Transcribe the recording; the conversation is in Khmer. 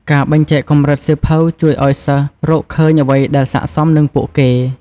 ការបែងចែកកម្រិតសៀវភៅជួយឱ្យសិស្សរកឃើញអ្វីដែលស័ក្តិសមនឹងពួកគេ។